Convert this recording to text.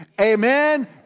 amen